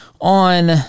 on